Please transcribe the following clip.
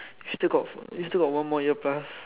still got still got one more year plus